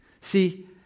See